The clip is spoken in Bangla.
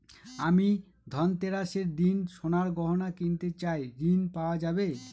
আমি ধনতেরাসের দিন সোনার গয়না কিনতে চাই ঝণ পাওয়া যাবে?